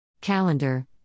Calendar